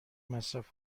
مصرف